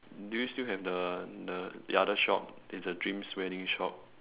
do you still have the the other shop it's a dreams wedding shop